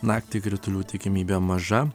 naktį kritulių tikimybė maža